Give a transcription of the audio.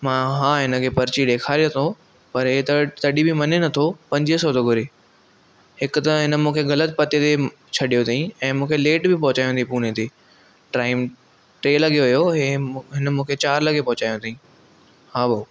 मां हा हिन खे पर्ची ॾिखारयां थो पर ही तॾहिं बि मञे नथो पंजवीह सौ थो घुरे हिकु त हिन मूंखे ग़लति पते ते छॾियो अथई ऐं मूंखे लेट बि पंहुंचायो अथई पुणे ते टाइम टे लग॒यो हुयो हिन मूंखे चार लगे॒ पहुचायो अथई हा भाऊ